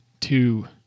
two